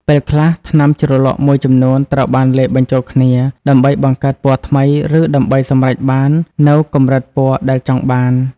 ពេលខ្លះថ្នាំជ្រលក់មួយចំនួនត្រូវបានលាយបញ្ចូលគ្នាដើម្បីបង្កើតពណ៌ថ្មីឬដើម្បីសម្រេចបាននូវកម្រិតពណ៌ដែលចង់បាន។